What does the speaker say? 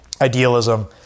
idealism